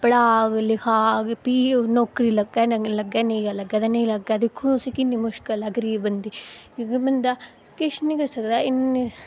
पढ़ाग लिखाग प्ही नौकरी लग्गै लग्गै नेईं लग्गै ते नेईं लग्गै दिक्खो उसी किन्नी मुश्कल ऐ गरीब बंदे ई मतलब बंदा केश निं करी सकदा इन्नी